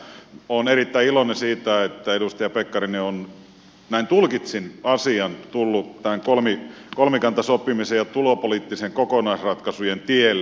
olen erittäin iloinen siitä että edustaja pekkarinen on näin tulkitsin asian tullut kolmikantasopimisen ja tulopoliittisten kokonaisratkaisujen tielle